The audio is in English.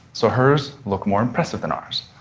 so hers look more impressive than ours,